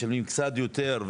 קצת יותר,